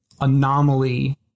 anomaly